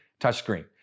touchscreen